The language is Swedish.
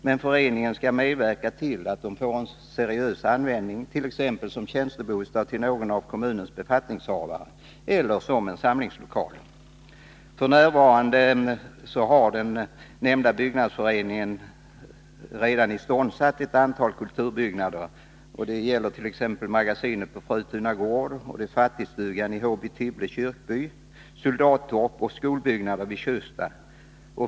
Men föreningen skall medverka till att de får en seriös användning, t.ex. som tjänstebostad för någon av kommunens befattningshavare eller som samlingslokal. Den nämnda hembygdsföreningen har redan iståndsatt ett antal kulturbyggnader. Det gäller t.ex. magasinet på Frötuna gård, fattigstugan i Håbo-Tibble kyrkby, soldattorp och skolbyggnader vid Tjusta.